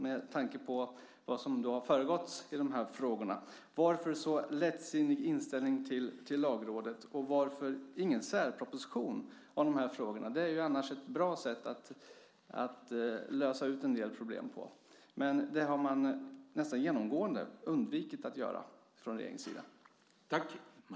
Med tanke på vad som föregått i de här frågorna undrar jag: Varför en så lättsinnig inställning till Lagrådet och varför ingen särproposition om de här frågorna? Det är annars ett bra sätt att lösa ut en del problem. Men det har man nästan genomgående undvikit att göra från regeringens sida.